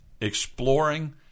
exploring